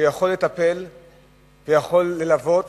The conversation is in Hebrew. שיכול לטפל ויכול ללוות